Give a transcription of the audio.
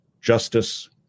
justice